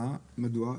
מדוע?